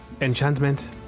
enchantment